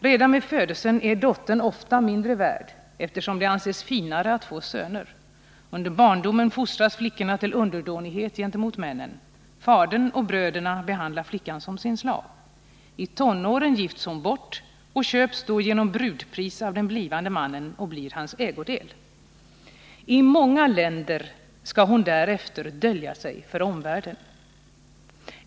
Redan vid födelsen är dottern ofta mindre värd, eftersom det anses finare att få söner. Under barndomen fostras flickorna till underdånighet gentemot männen. Fadern och bröderna behandlar flickan som sin slav. I tonåren gifts hon bort och köps då genom brudpris av den blivande mannen och blir hans ägodel. I många länder skall hon därefter dölja sig för omvärlden.